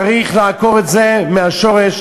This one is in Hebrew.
צריך לעקור את זה מהשורש,